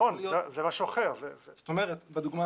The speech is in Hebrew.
בדוגמה